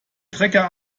trecker